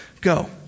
Go